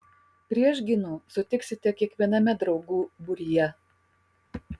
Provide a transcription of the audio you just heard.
priešgynų sutiksite kiekviename draugų būryje